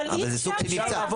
אבל זה סוג של --- אי אפשר ככה.